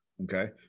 Okay